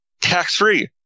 tax-free